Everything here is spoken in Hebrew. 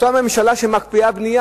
אותה ממשלה שמקפיאה את הבנייה,